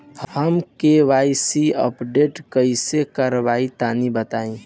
हम KYC updation कइसे करवाई तनि बताई?